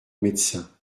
médecin